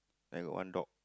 I got one dog